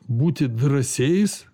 būti drąsiais